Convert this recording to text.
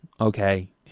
okay